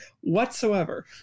whatsoever